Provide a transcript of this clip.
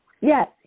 yes